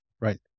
Right